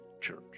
church